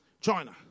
China